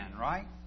right